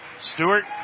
Stewart